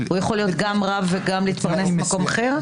הוא יכול להיות גם רב וגם להתפרנס במקום אחר?